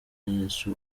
yesu